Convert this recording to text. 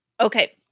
Okay